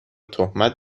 تهمت